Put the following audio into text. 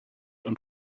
und